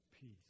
Peace